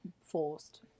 forced